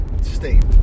state